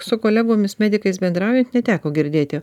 su kolegomis medikais bendraujant neteko girdėti